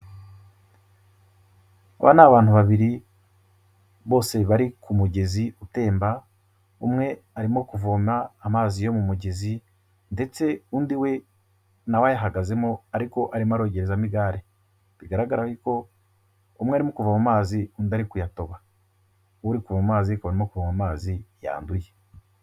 Aba ni abantu babiri, bose bari ku mugezi utemba, umwe arimo kuvoma amazi yo mu mugezi ndetse undi we na we ayahagazemo ariko arimo arogerezamo igare bigaragara ko umwe arimo kuvoma amazi undi ari kuyatoba, uri kuvoma amazi ariko arimo kuvoma amazi yanduye.